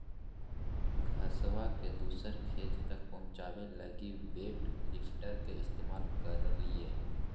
घसबा के दूसर खेत तक पहुंचाबे लगी वेट लिफ्टर के इस्तेमाल करलियै